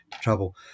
trouble